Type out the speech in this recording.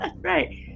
right